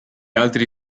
altri